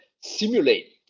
simulate